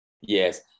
Yes